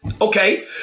Okay